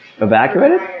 Evacuated